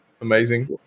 Amazing